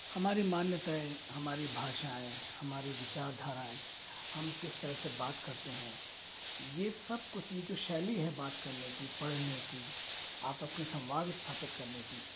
हमारी मान्यताएँ हमारी भाषाएँ हमारी विचार धाराएँ हम किस तरह से बात करते हैं यह सब कुछ यह जो शैली है बात करने की पढ़ने की आपस में संवाद स्थापित करने की